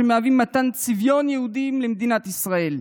אשר מהווים מתן צביון יהודי למדינת ישראל,